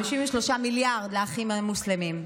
53 מיליארד לאחים המוסלמים,